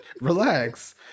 Relax